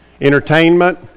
Entertainment